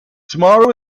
tomorrow